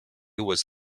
was